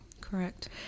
correct